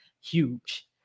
huge